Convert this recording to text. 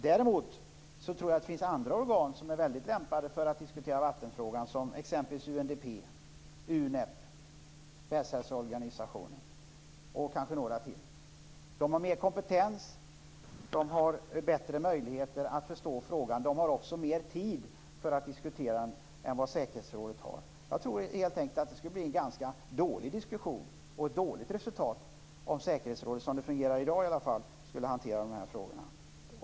Däremot tror jag att det finns andra organ som är väldigt lämpade att diskutera vattenfrågan, som exempelvis UNDP, UNEP, Världshälsoorganisationen och kanske några till. De har mer kompetens. De har bättre möjligheter att förstå frågan. De har också mer tid för att diskutera frågan än vad säkerhetsrådet har. Jag tror helt enkelt att det skulle bli en ganska dålig diskussion, och ett dåligt resultat, om säkerhetsrådet, som det fungerar i dag i alla fall, skulle hantera de här frågorna.